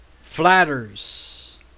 flatters